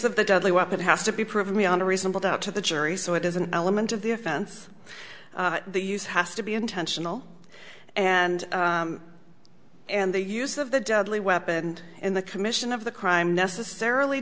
of the deadly weapon has to be proven beyond a reasonable doubt to the jury so it is an element of the offense the use has to be intentional and and the use of the deadly weapon in the commission of the crime necessarily